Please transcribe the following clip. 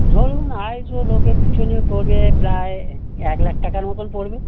ধরুন আড়াইশো লোকের পিছনে পড়বে প্রায় এক লাখ টাকার মতন পড়বে